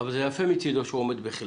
זה יפה מצדו שהוא עומד בחלקו,